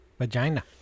Vagina